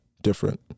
different